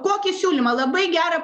kokį siūlymą labai gerą